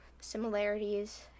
similarities